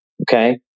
Okay